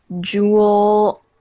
jewel